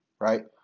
right